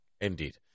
Indeed